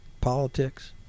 politics